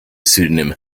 pseudonym